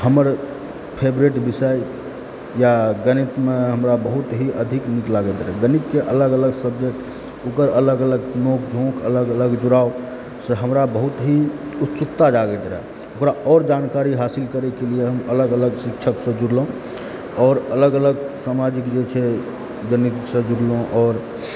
हमर फेवरेट विषय यऽ गणितमे हमरा बहुत ही अधिक नीक लागैत रहय गणितके अलग अलग सब्जेक्ट ओकर अलग अलग नोक झोक अलग अलग जुड़ावसँ हमरा बहुत ही उत्सुकता जागैत रहै ओकरा आओर जानकारी हासिल करै के लिए हम अलग अलग शिक्षकसँ जुरलहुँ आओर अलग अलग सामाजिक जे छै गणितसँ जुड़लहुँ आओर